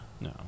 No